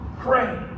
Pray